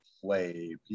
play